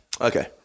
Okay